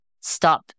stop